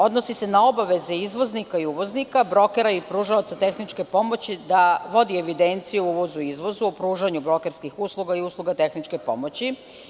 Odnosi se na obaveze izvoznika i uvoznika, brokera i pružaoca tehničke pomoći da vodi evidenciju o uvozu i izvozu, o pružanju brokerskih usluga i usluga tehničke pomoći.